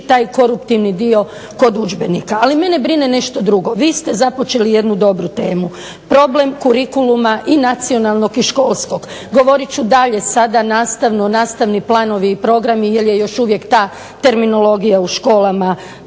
taj koruptivni dio kod udžbenika. Ali mene brine nešto drugo. Vi ste započeli jednu dobru temu. Problem kurikuluma i nacionalnog i školskog. Govorit ću dalje sada nastavno, nastavni planovi i programi jer je još uvijek ta terminologija u školama